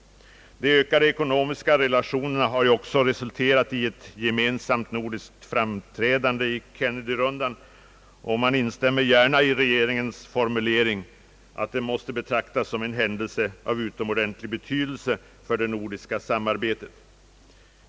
De ökade ekonomiska relationerna har ju också resulterat i ett gemensamt nordiskt framträdande i Kennedyrundan. Jag instämmer gärna i regeringens formulering att det måste betraktas som en händelse av utomordentlig betydelse för det nordiska samarbetet.